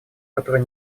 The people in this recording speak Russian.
которые